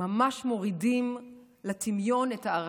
ממש מורידים לטמיון את הערכים.